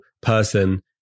person